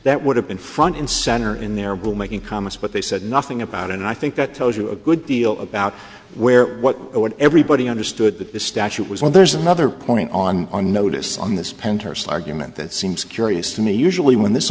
that would have been front and center in their bill making comments but they said nothing about it and i think that tells you a good deal about where what everybody understood that the statute was well there's another point on on notice on this punter's argument that seems curious to me usually when this